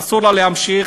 אסור לה להמשיך,